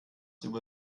über